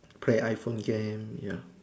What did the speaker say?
play iPhone game ya